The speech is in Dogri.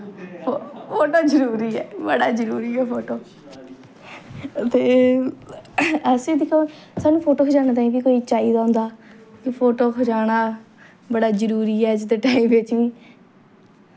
फोटो जरूरी ऐ बड़ा जरूरी ऐ फोटो ते असें दिक्खो सानू फोटो खचाने ताईं बी कोई चाहिदा होंदा ते फोटो खचाना बड़ा जरूरी ऐ अज्ज दे टाइम बिच्च बी